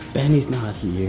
benny's not